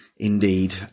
Indeed